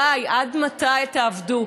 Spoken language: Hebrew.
די, עד מתי תעבדו.